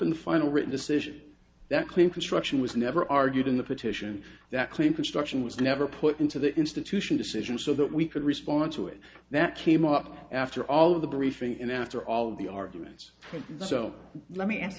in the final written decision that claim construction was never argued in the petition that claim construction was never put into the institution decision so that we could respond to it that came up after all of the briefing and after all the arguments so let me ask